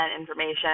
information